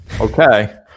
okay